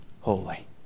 holy